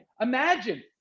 imagine